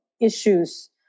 issues